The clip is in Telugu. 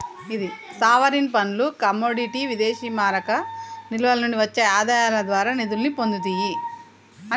సావరీన్ ఫండ్లు కమోడిటీ విదేశీమారక నిల్వల నుండి వచ్చే ఆదాయాల ద్వారా నిధుల్ని పొందుతియ్యి